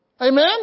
Amen